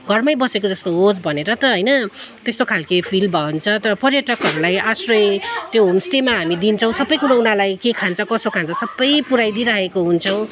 घरमै बसेको जस्तो होस् भनेर त होइन त्यस्तो खालके फिल बन्छ पर्यटकहरूलाई आश्रय त्यो होमस्टेमा हामी दिन्छौँ सबै कुरो उनीहरूलाई के खान्छ कसो खान्छ सबै पुऱ्याइदिइराखेको हुन्छौँ